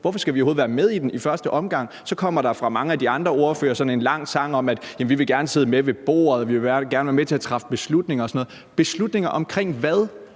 overhovedet være med i den i første omgang? Så kommer der fra mange af de andre ordføreres side sådan en lang sang om, at man gerne vil sidde med ved bordet, og at man gerne vil være med til at træffe beslutninger og sådan noget – beslutninger omkring hvad?